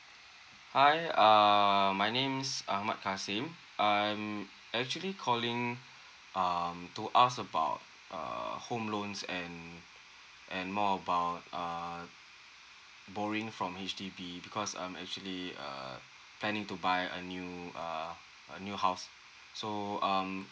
hi uh my name's ahmad kassim uh I'm actually calling um to ask about err home loans and and more about uh borrowing from H_D_B because I'm actually uh I need to buy a new err a new house so um